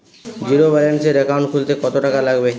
জিরোব্যেলেন্সের একাউন্ট খুলতে কত টাকা লাগবে?